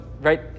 right